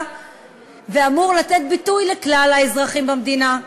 ואמורה לתת ביטוי לכלל האזרחים במדינה.